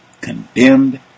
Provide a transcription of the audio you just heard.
condemned